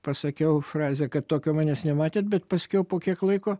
pasakiau frazę kad tokio manęs nematėt bet paskiau po kiek laiko